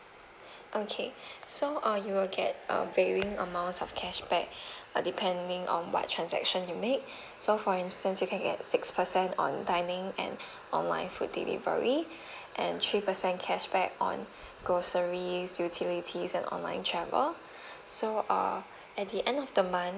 okay so uh you will get uh varying amounts of cashback uh depending on what transaction you make so for instance you can get six percent on dining and online food delivery and three percent cashback on groceries utilities and online travel so uh at the end of the month